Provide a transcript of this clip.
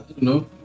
No